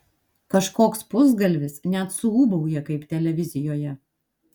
kažkoks pusgalvis net suūbauja kaip televizijoje